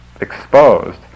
exposed